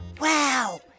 Wow